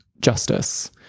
justice